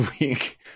week